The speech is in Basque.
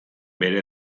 bere